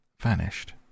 vanished